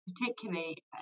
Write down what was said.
particularly